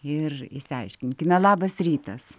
ir išsiaiškinkime labas rytas